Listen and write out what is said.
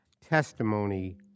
testimony